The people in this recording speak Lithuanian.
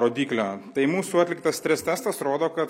rodiklio tai mūsų atliktas stress testas rodo kad